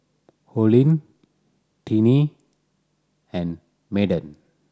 Olene Tinie and Madden